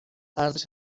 ارزش